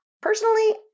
Personally